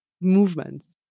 movements